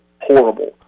horrible